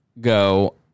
go